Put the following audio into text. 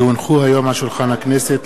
כי הונחו היום על שולחן הכנסת,